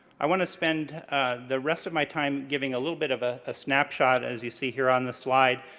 i want to spend the rest of my time giving a little bit of ah a snapshot, as you see here on the slide,